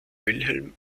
wilhelm